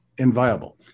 Inviable